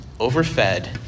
overfed